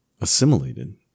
assimilated